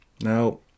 Now